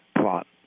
plot